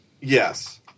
Yes